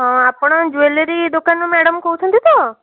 ହଁ ଆପଣ ଜୁଏଲେରୀ ଦୋକାନରୁ ମ୍ୟାଡ଼ାମ୍ କହୁଛନ୍ତି ତ